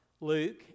Luke